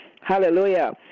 Hallelujah